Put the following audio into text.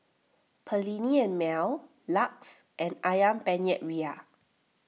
Perllini and Mel Lux and Ayam Penyet Ria